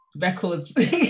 records